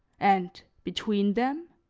and between them,